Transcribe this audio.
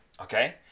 Okay